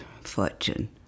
fortune